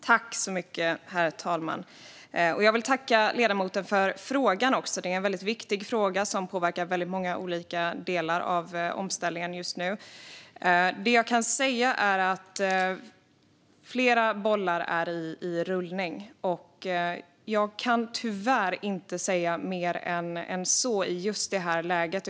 Herr talman! Jag vill tacka ledamoten för frågan. Det är en väldigt viktig fråga, som påverkar många olika delar av omställningen just nu. Det jag kan säga är att flera bollar är i rullning. Jag kan tyvärr inte säga mer än så i det här läget.